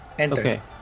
okay